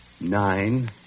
nine